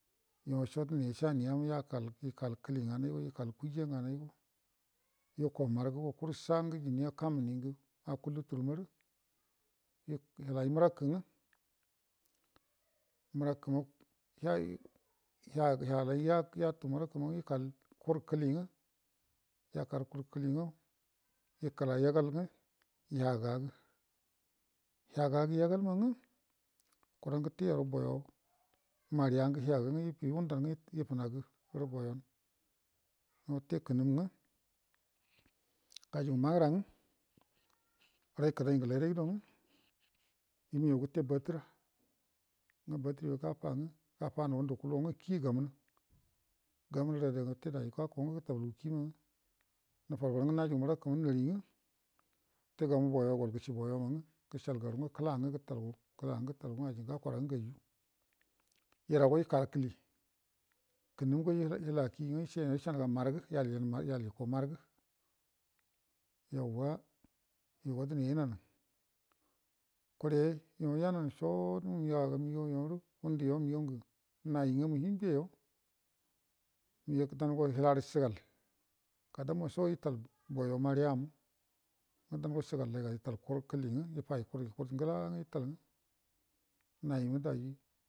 Yocho dəney saniyama yakal yəkal kəlinga'naygo ekal kuja ngənaygo eko margəgo kuru sangə duniyama kamuningə akullutur maru hilai mərakə ngə mərakəma yekəl kurkəligə mərakə ngə mərakəma yekal kurkəligə yakal kur kəlingə ekəra yegalnga yagagə yagagə yaga mangə kuran gəte yeruboyo mariyangə yagə ebiyu nndangə rəboyo ngəwate kənum ngə gajugumagrangə rai kədai ngəlai raigədoga emega gəte badəra gafanu ngundu kulugə kiya gamənə gəmənda adaga watedaji najugu mərakama narigə wate gəmu boyo maga gol gəchi boyongə kəlangə gətalgu ajingə gakuragə gaiju erawwa ekal kəli kənəmgo hulakingə esenəga margə yal yuko margə yawwa yugo dəney enana kure yoyananu sod ngunduyorə nai ngəme himbeyo dango hilarə chigal danma cho etal boyomari yamdang chigallay ga yətal kur kəlingə efai kurngəlagə efai